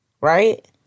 right